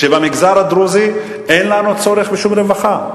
שבמגזר הדרוזי אין לנו צורך בשום רווחה.